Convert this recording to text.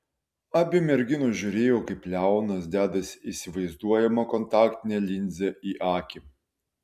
abi merginos žiūrėjo kaip leonas dedasi įsivaizduojamą kontaktinę linzę į akį